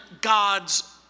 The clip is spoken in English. God's